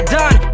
done